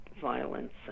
violence